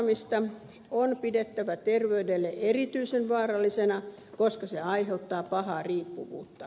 nuuskaamista on pidettävä terveydelle erityisen vaarallisena koska se aiheuttaa pahaa riippuvuutta